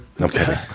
Okay